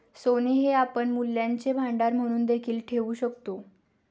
सोने हे आपण मूल्यांचे भांडार म्हणून देखील ठेवू शकतो